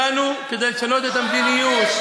הגענו כדי לשנות את המדיניות.